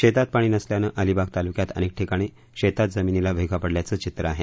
शेतात पाणी नसल्यानं अलिबाग तालुक्यात अनेक ठिकाणी शेतात जमिनीला भेगा पडल्याचं चित्र आहे